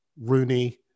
Rooney